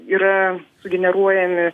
yra sugeneruojami